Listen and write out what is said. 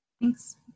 Thanks